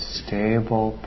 stable